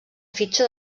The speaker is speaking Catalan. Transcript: fitxa